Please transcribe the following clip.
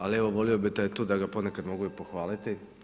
Ali, evo volio bi da je tu, da ga ponekad mogu i pohvaliti.